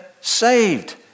saved